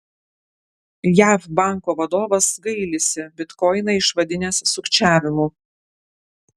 jav banko vadovas gailisi bitkoiną išvadinęs sukčiavimu